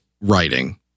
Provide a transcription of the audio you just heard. writing